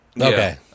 Okay